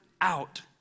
out